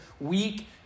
weak